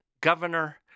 Governor